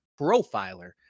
Profiler